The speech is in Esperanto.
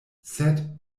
sed